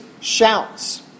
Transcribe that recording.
shouts